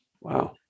Wow